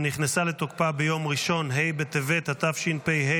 שנכנסה לתוקפה ביום ראשון ה' בטבת התשפ"ה,